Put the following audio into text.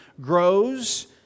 grows